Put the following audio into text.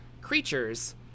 creatures